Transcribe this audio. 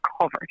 covered